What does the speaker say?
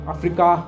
Africa